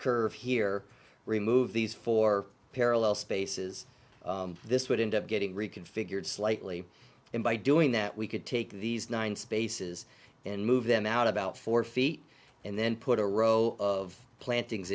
curve here remove these four parallel spaces this would end up getting reconfigured slightly and by doing that we could take these nine spaces and move them out about four feet and then put a row of plantings